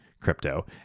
crypto